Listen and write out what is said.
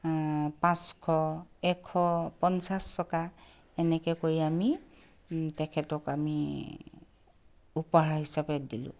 পাঁচশ এশ পঞ্চাছ টকা এনেকৈ কৰি আমি তেখেতক আমি উপহাৰ হিচাপে দিলোঁ